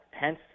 hence